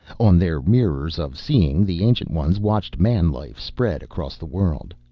on their mirrors of seeing the ancient ones watched man-life spread across the world.